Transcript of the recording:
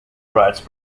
riots